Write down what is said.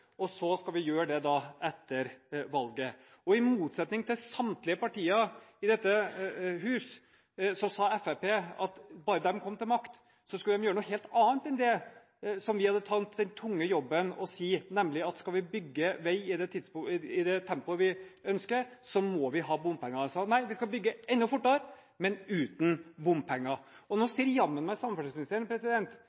det etter valget. Og i motsetning til samtlige partier i dette hus sa Fremskrittspartiet at bare de kom til makt, skulle de gjøre noe helt annet enn det som vi hadde tatt den tunge jobben med å si, nemlig at skal vi bygge vei i det tempoet vi ønsker, må vi ha bompenger. De sa at nei, vi skal bygge enda fortere, men uten bompenger. Og nå